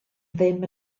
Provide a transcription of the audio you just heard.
ddim